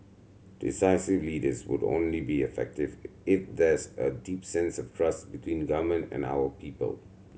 decisive leaders would only be effective if there's a deep sense of trust between government and our people